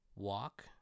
Walk